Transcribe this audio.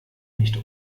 nicht